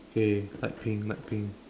okay light pink light pink